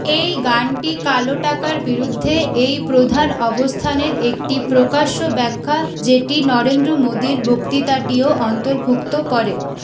এই গানটি কালো টাকার বিরুদ্ধে এই প্রধান অবস্থানের একটি প্রকাশ্য ব্যাখ্যা যেটি নরেন্দ্র মোদির বক্তৃতাটিও অন্তর্ভুক্ত করে